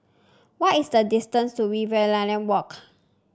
what is the distance to Riverina Walk